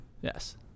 yes